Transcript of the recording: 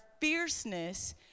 fierceness